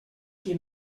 qui